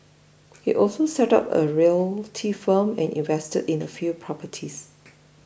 he also set up a realty firm and invested in a few properties